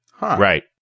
Right